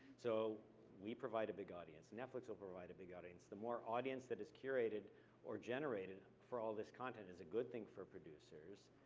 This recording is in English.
so we provide a big audience. netflix will provide a big audience. the more audience that is curated or generated for all of this content is a good thing for producers.